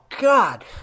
God